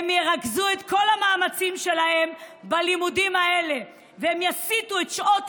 הם ירכזו את כל המאמצים שלהם ללימודים האלה ויסיטו את שעות